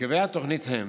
מרכיבי התוכנית הם